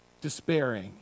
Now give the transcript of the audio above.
despairing